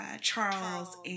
Charles